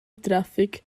trafic